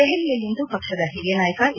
ದೆಹಲಿಯಲ್ಲಿಂದು ಪಕ್ಷದ ಹಿರಿಯ ನಾಯಕ ಎ